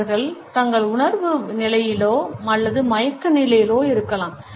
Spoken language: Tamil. அவர்கள் தங்கள் உணர்வு நிலையிலோ அல்லது மயக்க நிலையிலோ இருக்கலாம்